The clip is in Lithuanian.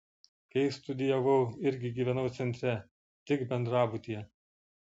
kai studijavau irgi gyvenau centre tik bendrabutyje